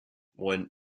won